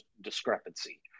discrepancy